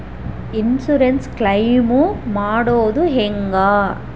Insurance claim ಮಾಡೋದು ಹೆಂಗ?